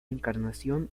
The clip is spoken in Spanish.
encarnación